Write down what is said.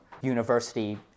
University